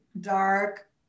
dark